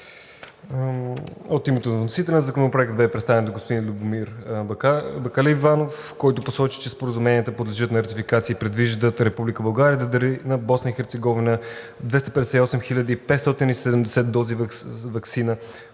От името на вносителя Законопроектът беше представен от господин Любомир Бакаливанов, който посочи, че споразуменията подлежат на ратификация и предвиждат Република България да дари на